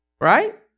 Right